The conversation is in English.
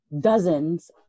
dozens